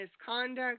misconduct